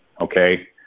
Okay